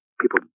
people